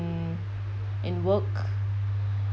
mm in work